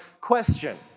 question